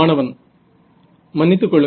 மாணவன் Refer Time 0726